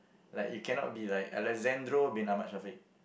like you cannot be like Alessandro Bin Ahmad Shafiq